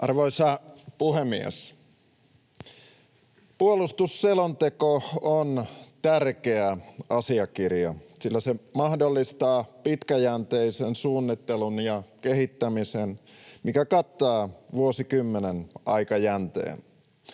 Arvoisa puhemies! Puolustusselonteko on tärkeä asiakirja, sillä se mahdollistaa pitkäjänteisen suunnittelun ja kehittämisen, mikä kattaa vuosikymmenen aikajänteen.